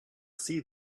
see